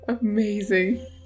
amazing